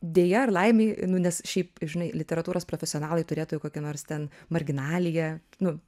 deja ar laimei nu nes šiaip žinai literatūros profesionalai turėtų jau kokį nors ten marginalija nu